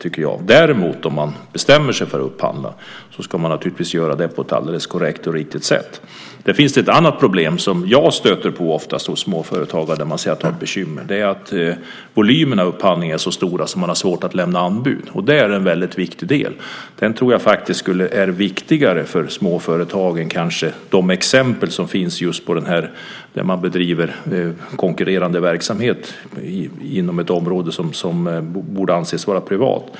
Om man däremot bestämmer sig för att upphandla ska man naturligtvis göra det på ett alldeles korrekt och riktigt sätt. Det finns ett annat problem som jag stöter på ofta hos småföretagare och där man säger att man har bekymmer. Volymerna i upphandlingar är så stora att man har svårt att lämna anbud. Det är en väldigt viktig del. Den tror jag faktiskt är viktigare för småföretagen än kanske de exempel som finns där man bedriver konkurrerande verksamhet inom ett område som borde anses vara privat.